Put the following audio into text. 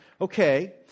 okay